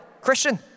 Christian